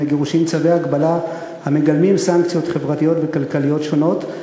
לגירושין צווי הגבלה המגלמים סנקציות חברתיות וכלכליות שונות,